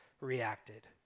reacted